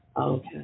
Okay